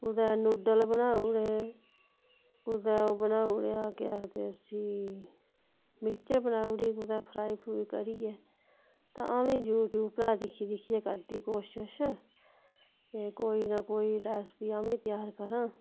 कुदै नुडल बनाउड़े कुदै ओह् बनाउड़ेआ केह् आखदे उसी मिक्चर बनाउड़ी कुदै फ्राई फ्रुई करियै तां आम्मी यूट्यूब उप्परा दिक्खी दिक्खियै करदी कोशिश ते कोई नां कोई रैसीपी आम्मी तेआर करां